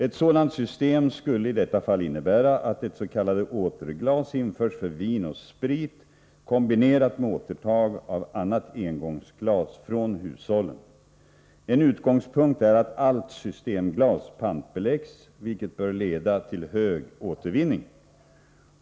Ett sådant system skulle i detta fall innebära att ett s.k. återglas införs för vin och sprit kombinerat med återtag av annat engångsglas från hushållen. En utgångspunkt är att allt systemglas pantbeläggs, vilket bör leda till hög återvinning.